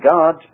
God